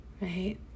Right